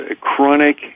chronic